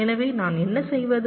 எனவே நான் என்ன செய்வது